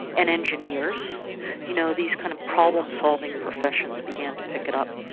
and engineers you know, these kind of problem-solving professions began to pick it up.